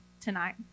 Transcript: tonight